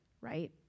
right